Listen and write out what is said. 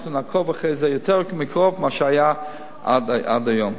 ואנחנו נעקוב אחרי זה קצת יותר מקרוב ממה שהיה עד היום.